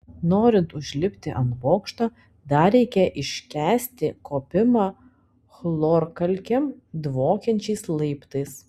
norint užlipti ant bokšto dar reikia iškęsti kopimą chlorkalkėm dvokiančiais laiptais